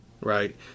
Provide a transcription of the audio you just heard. right